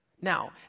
Now